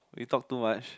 we talk too much